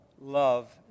love